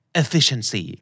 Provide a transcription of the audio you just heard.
efficiency